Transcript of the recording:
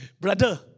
Brother